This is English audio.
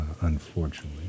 unfortunately